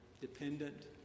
dependent